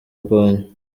mbonyi